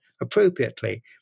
appropriately